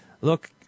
look